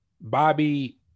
Bobby